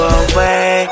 away